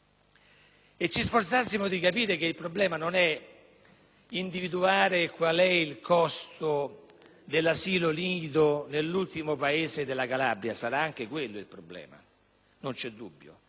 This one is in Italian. e ci sforzassimo di capire che il problema non è individuare qual è il costo dell'asilo nido nell'ultimo paese della Calabria - senza dubbio sarà anche quello il problema - ma